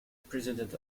president